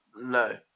No